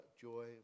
joy